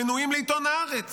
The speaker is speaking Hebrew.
מנויים לעיתון הארץ